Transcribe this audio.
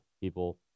people